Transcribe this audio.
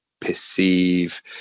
perceive